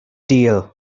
deal